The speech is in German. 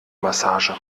massage